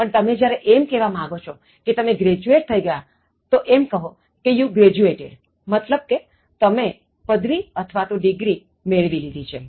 પણ જ્યારે તમે એમ કહેવા માગો છો કે તમે graduate થઈ ગયા તો કહો કે you graduatedમતલબ કે તમે પદવીડિગ્રી મેળવી લીધી છે